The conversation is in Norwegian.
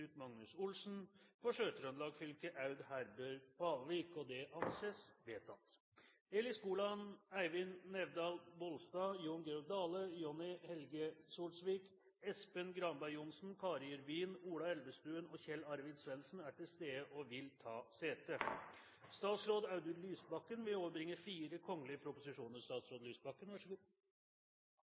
Magnus OlsenFor Sør-Trøndelag fylke: Aud Herbjørg Kvalvik Eli Skoland, Eivind Nævdal-Bolstad, Jon Georg Dale, Jonni Helge Solsvik, Espen Granberg Johnsen, Karin Yrvin, Ola Elvestuen og Kjell Arvid Svendsen er til stede og vil ta sete. Representanten Siri A. Meling vil